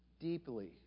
deeply